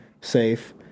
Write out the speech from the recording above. safe